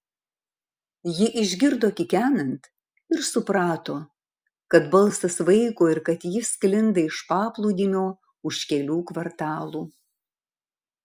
ji išgirdo kikenant ir suprato kad balsas vaiko ir kad jis sklinda iš paplūdimio už kelių kvartalų